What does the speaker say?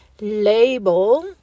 label